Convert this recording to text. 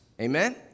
Amen